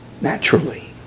Naturally